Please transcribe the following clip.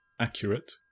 accurate